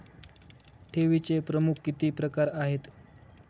ठेवीचे प्रमुख किती प्रकार आहेत?